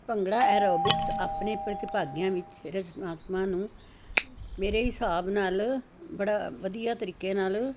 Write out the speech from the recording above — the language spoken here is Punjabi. ਭੰਗੜਾ ਐਰੋਬਿਕਸ ਆਪਣੇ ਪ੍ਰਤੀਭਾਗੀਆਂ ਵਿੱਚ ਰਚਨਾਤਮਾਂ ਨੂੰ ਮੇਰੇ ਹਿਸਾਬ ਨਾਲ਼ ਬੜਾ ਵਧੀਆ ਤਰੀਕੇ ਨਾਲ਼